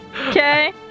Okay